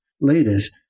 leaders